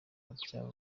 by’aho